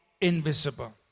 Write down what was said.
invisible